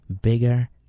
bigger